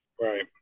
Right